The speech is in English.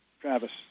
Travis